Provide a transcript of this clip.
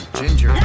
ginger